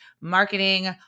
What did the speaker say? marketing